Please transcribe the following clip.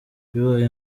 bibaye